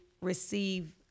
receive